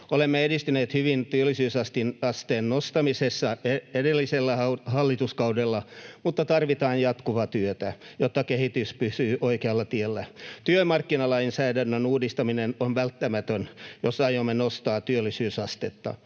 Olemme edistyneet hyvin työllisyysasteen nostamisessa edellisellä hallituskaudella, mutta tarvitaan jatkuvaa työtä, jotta kehitys pysyy oikealla tiellä. Työmarkkinalainsäädännön uudistaminen on välttämätöntä, jos aiomme nostaa työllisyysastetta,